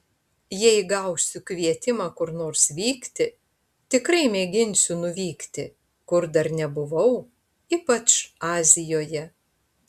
jei gausiu kvietimą kur nors vykti tikrai mėginsiu nuvykti kur dar nebuvau ypač azijoje